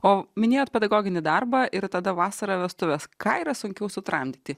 o minėjot pedagoginį darbą ir tada vasarą vestuves ką yra sunkiau sutramdyti